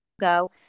go